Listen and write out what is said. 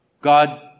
God